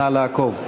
נא לעקוב.